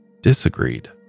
disagreed